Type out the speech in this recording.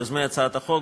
יוזמי הצעת החוק,